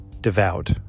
devout